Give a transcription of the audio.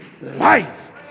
life